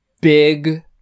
big